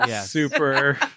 super